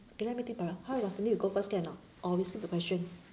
okay let me think for a while how about stanley you go first can or not or we skip the question